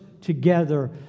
together